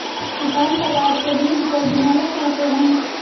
किसान कपास के बीज को बिनौला कहते है